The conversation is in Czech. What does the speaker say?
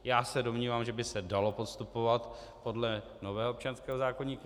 Já se domnívám, že by se dalo postupovat podle nového občanského zákoníku.